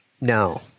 No